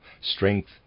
Strength